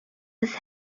with